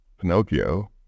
Pinocchio